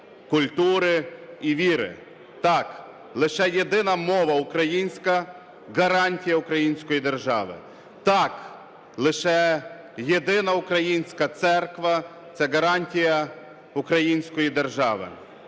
Так, лише єдина мова українська – гарантія української держави. Так, лише єдина українська церква – це гарантія української держави.